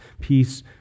Peace